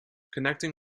connecting